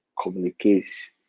communicates